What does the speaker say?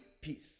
peace